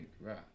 right